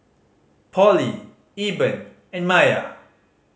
Pollie Eben and Mya